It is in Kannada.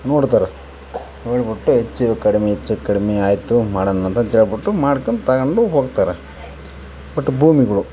ನೋಡ್ತಾರೆ ನೋಡ್ಬಿಟ್ಟು ಹೆಚ್ಚು ಕಡಿಮೆ ಹೆಚ್ಚು ಕಡಿಮೆ ಆಯಿತು ಮಾಡೋಣ ಅಂತಂತೇಳ್ಬಿಟ್ಟು ಮಾಡ್ಕೊಂಡ್ ತಗೊಂಡು ಹೋಗ್ತಾರೆ ಬಟ್ ಭೂಮಿಗಳು